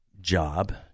job